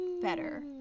better